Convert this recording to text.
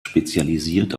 spezialisiert